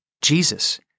Jesus